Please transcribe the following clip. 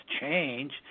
change